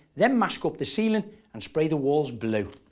then mask up the ceiling and spray the walls blue.